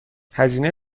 هزینه